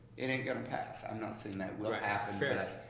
it ain't gonna pass. i'm not saying that will happen fair enough,